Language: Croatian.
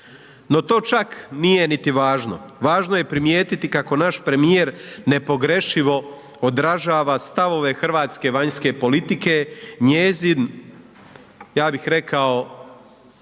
No to čak nije niti važno, važno je primijetiti kako naš premijer nepogrešivo odražava stavove hrvatske vanjske politike, njezin ja bih rekao